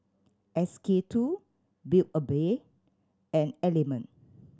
S K Two Build A Bear and Element